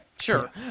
sure